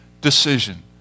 Decision